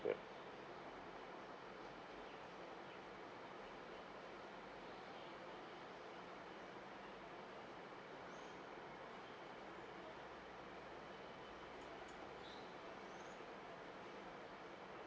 yup